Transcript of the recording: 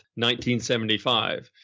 1975